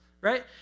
Right